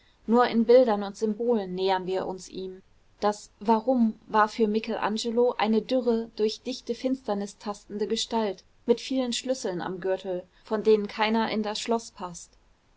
nur in bildern und symbolen nähern wir uns ihm das warum war für michelangelo eine dürre durch dichte finsternis tastende gestalt mit vielen schlüsseln am gürtel von denen keiner in das schloß paßt